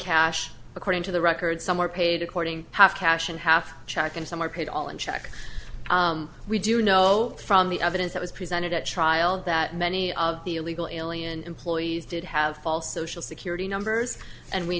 cash according to the record somewhere paid according half cash and half check and some are paid all in check we do know from the ovens that was presented at trial that many of the illegal alien employees did have false social security numbers and we